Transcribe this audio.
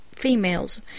Females